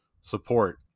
support